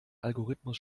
algorithmus